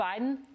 Biden